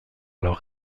leur